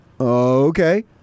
Okay